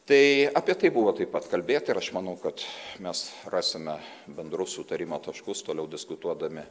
tai apie tai buvo taip pat kalbėta ir aš manau kad mes rasime bendrus sutarimo taškus toliau diskutuodami